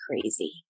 crazy